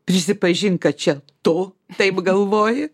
prisipažink kad čia tu taip galvoji